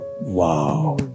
Wow